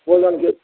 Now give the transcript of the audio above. भोजनके